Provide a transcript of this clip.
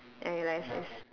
and realized it's